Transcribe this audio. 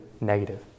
negative